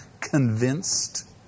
convinced